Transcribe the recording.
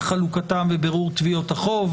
חלוקתם ובירור תביעות החוב.